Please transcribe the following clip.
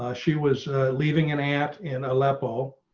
ah she was leaving an app in aleppo,